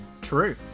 true